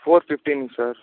four ఫిఫ్టీన్కి sir